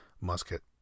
Musket